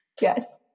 Yes